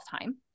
time